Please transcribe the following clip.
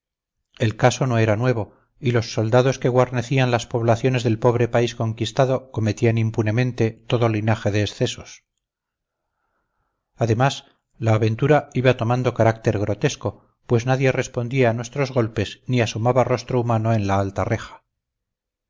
el caso no era nuevo y los soldados que guarnecían las poblaciones del pobre país conquistado cometían impunemente todo linaje de excesos además la aventura iba tomando carácter grotesco pues nadie respondía a nuestros golpes ni asomaba rostro humano en la alta reja